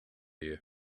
you